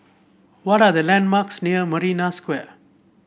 what are the landmarks near Marina Square